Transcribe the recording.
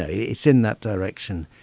it's in that direction.